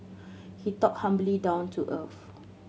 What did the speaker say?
he talked humbly down to earth